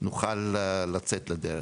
נוכל לצאת לדרך.